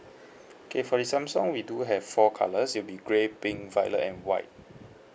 okay for the Samsung we do have four colours it'll be grey pink violet and white